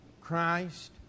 Christ